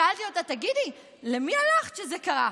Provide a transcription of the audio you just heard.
שאלתי אותה: תגידי, למי הלכת כשזה קרה?